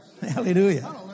Hallelujah